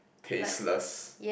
tasteless